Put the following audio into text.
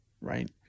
right